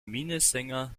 minnesänger